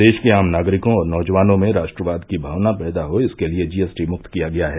देष के आम नागरिकों और नौजवानों में राश्ट्रवाद की भावना पैदा हो इसके लिये जीएसटी मुक्त किया गया है